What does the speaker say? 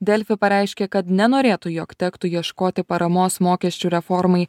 delfi pareiškė kad nenorėtų jog tektų ieškoti paramos mokesčių reformai